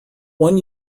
one